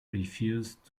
refused